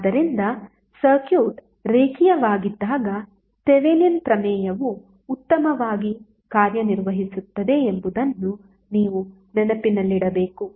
ಆದ್ದರಿಂದ ಸರ್ಕ್ಯೂಟ್ ರೇಖೀಯವಾಗಿದ್ದಾಗ ಥೆವೆನಿನ್ ಪ್ರಮೇಯವು ಉತ್ತಮವಾಗಿ ಕಾರ್ಯನಿರ್ವಹಿಸುತ್ತದೆ ಎಂಬುದನ್ನು ನೀವು ನೆನಪಿನಲ್ಲಿಡಬೇಕು